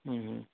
हम्म हम्म